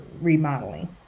remodeling